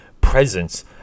presence